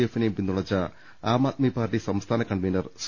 എഫിനെയും പിന്തുണച്ച ആം ആദ്മി പാർട്ടി സംസ്ഥാന convenor C